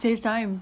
saves time